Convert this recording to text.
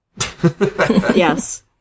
Yes